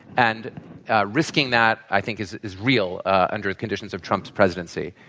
and risking that, i think is is real under the conditions of trump's presidency.